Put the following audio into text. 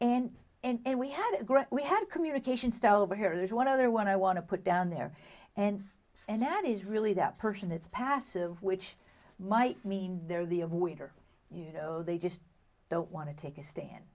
and and we had we had communication style over here there's one other one i want to put down there and and that is really that person it's passive which might mean they're the of waiter you know they just don't want to take a stand